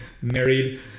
married